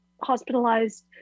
hospitalized